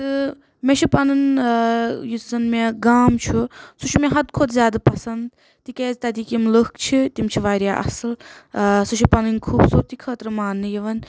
تہِ مےٚ چھُ پنُن یُس زن مےٚ گام چھُ سُہ چھُ مےٚ حد کھۄتہٕ زیادٕ پسنٛد تِکیازِ تتیکۍ یم لُکھ چھِ تم چھِ واریاہ اصٕل سُہ چھُ پننۍ خوبصورتی خٲطرٕ ماننہٕ یوان